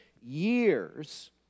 years